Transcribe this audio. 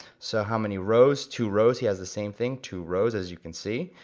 so how many rows, two rows, he has the same thing, two rows as you can see,